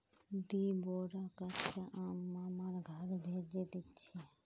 दी बोरा कच्चा आम मामार घर भेजे दीछि